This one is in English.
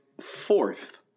fourth